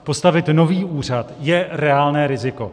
Postavit nový úřad je reálné riziko.